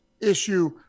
issue